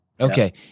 Okay